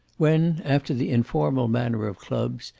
when, after the informal manner of clubs,